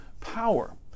power